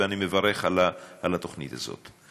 ואני מברך על התוכנית הזאת.